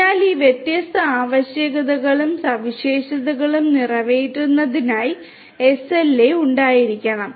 അതിനാൽ ഈ വ്യത്യസ്ത ആവശ്യകതകളും സവിശേഷതകളും നിറവേറ്റുന്നതിനായി SLA ഉണ്ടായിരിക്കണം